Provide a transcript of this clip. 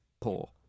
poor